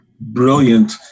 brilliant